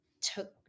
took